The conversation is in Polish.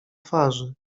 twarzy